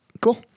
Cool